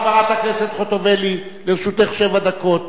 חברת הכנסת ציפי חוטובלי, לרשותך שבע דקות.